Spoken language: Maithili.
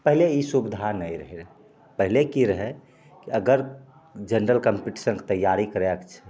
पहिले ई सुविधा नहि रहै पहिले कि रहै कि अगर जनरल कॉम्पीटिशनके तैआरी करैके छै